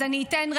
אז אני אתן רמז,